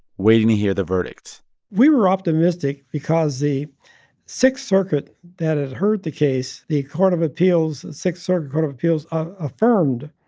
waiting to hear the verdict we were optimistic because the sixth circuit that has heard the case, the court of appeals the sixth circuit court of appeals affirmed